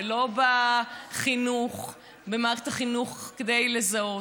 ולא במערכת החינוך כדי לזהות.